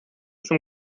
zum